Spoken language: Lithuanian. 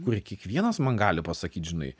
kurie kiekvienas man gali pasakyt žinai